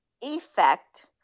effect